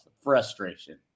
frustration